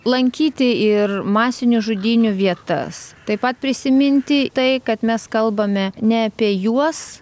lankyti ir masinių žudynių vietas taip pat prisiminti tai kad mes kalbame ne apie juos